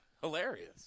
hilarious